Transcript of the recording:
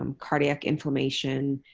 um cardiac inflammation